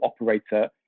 operator